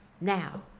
Now